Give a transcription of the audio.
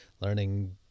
learning